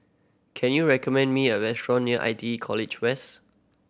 can you recommend me a restaurant near I T E College West